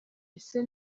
ese